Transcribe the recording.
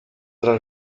tra